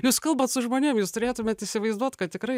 jūs kalbat su žmonėm jūs turėtumėt įsivaizduot kad tikrai